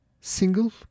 single